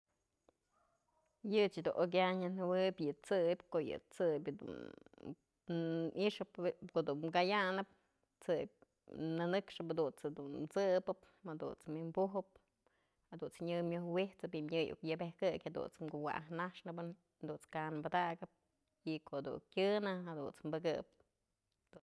Yëch jedun okyanë jawëbyë yë t'sëbyë dun i'ixëp bi'i ko'o dun kayanëp t'sëbyë nënëkxëp jadun jedun t'sëbëp jadunt's wi'inpujëb jadunt's nyë myoj wi'isëp, ji'im nyë iuk yëbëjkëk jadunt's kuwa'atnaxnëbë, jadut's kan badakëp y ko'o dun kyënë, jadut's pëkëp.